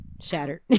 Shattered